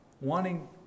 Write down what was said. Wanting